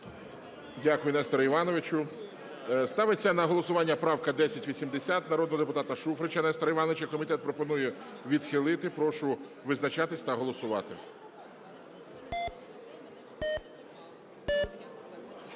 Дякую, Несторе Івановичу. Ставиться на голосування правка 1080 народного депутата Шуфрича Нестора Івановича. Комітет пропонує відхилити. Прошу визначатись та голосувати.